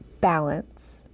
balance